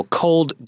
cold